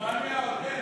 רומניה עוד אין.